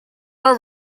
our